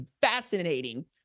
fascinating